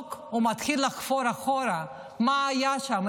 לפסיכולוג הוא מתחיל לחפור אחורה מה היה שם,